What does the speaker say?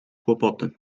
kłopoty